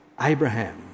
Abraham